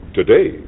today